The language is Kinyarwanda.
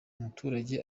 abaturage